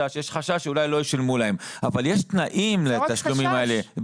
שיש חשש שאולי לא ישלמו להם אבל יש תנאים לתשלומים האלה.